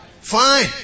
Fine